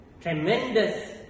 tremendous